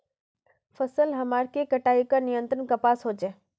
फसल हमार के कटाई का नियंत्रण कपास होचे?